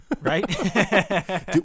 Right